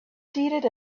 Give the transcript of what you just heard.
seated